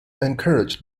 encouraged